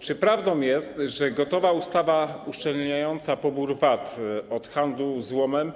Czy prawdą jest, że gotowa ustawa uszczelniająca pobór VAT od handlu złomem